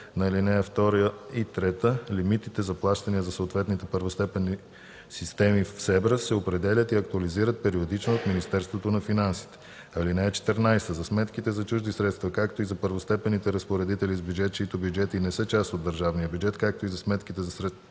на ал. 2 и 3 лимитите за плащания за съответните първостепенни системи в СЕБРА се определят и актуализират периодично от Министерството на финансите. (14) За сметките за чужди средства, както и за първостепенните разпоредители с бюджет, чиито бюджети не са част от държавния бюджет, както и за сметки за средства